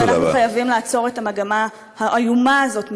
אנחנו חייבים לעצור את המגמה האיומה הזאת מייד.